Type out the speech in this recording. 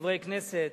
חברי כנסת,